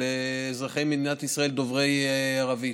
של אזרחי מדינת ישראל דוברי הערבית.